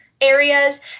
areas